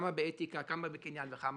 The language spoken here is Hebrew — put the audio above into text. כמה באתיקה וכמה בקניין וכו',